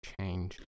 change